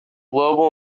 global